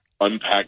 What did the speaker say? unpack